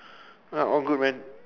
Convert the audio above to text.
ah all good man